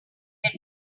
get